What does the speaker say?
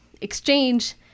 exchange